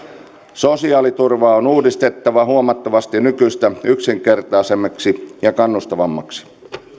sosiaaliturvaa on uudistettava huomattavasti nykyistä yksinkertaisemmaksi ja kannustavammaksi